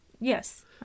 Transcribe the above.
Yes